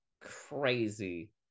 crazy